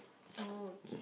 oh K